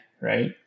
right